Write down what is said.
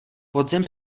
podzim